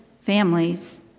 families